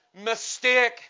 mistake